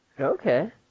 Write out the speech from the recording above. Okay